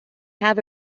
have